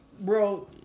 Bro